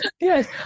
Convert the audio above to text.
yes